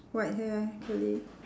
white hair curly